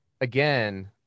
again